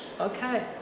okay